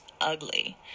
ugly